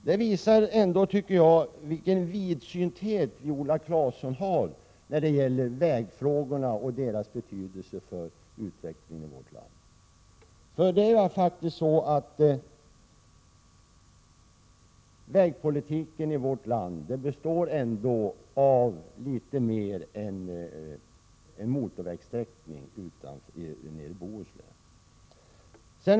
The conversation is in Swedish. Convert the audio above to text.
Det visar, enligt min mening, Viola Claessons vidsynthet när det gäller vägfrågorna och deras betydelse för utvecklingen i vårt land. Vägpolitiken omfattar ändå litet mer än en motorvägssträckning nere i Bohuslän.